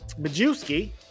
Majewski